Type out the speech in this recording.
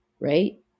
right